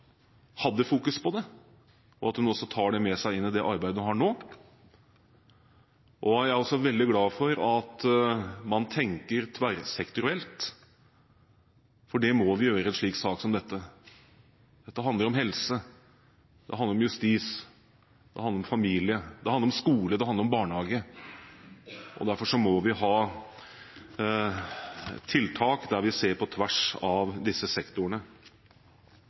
på dette, og at hun tar det med seg inn i det arbeidet hun har nå. Jeg er også veldig glad for at man tenker tverrsektorielt, for det må vi gjøre i en sak som dette. Dette handler om helse, justis, familie, skole og barnehage. Derfor må vi ha tiltak som gjør at vi ser på tvers av disse sektorene.